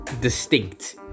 distinct